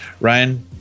Ryan